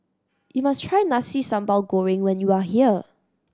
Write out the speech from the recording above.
you must try Nasi Sambal Goreng when you are here